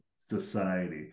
society